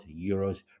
euros